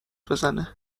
بزنه